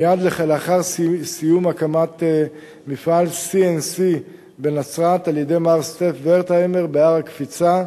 מייד לאחר סיום הקמת מפעל CNC בנצרת על-ידי מר סטף ורטהיימר בהר הקפיצה,